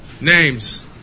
Names